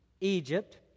Egypt